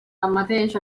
tanmateix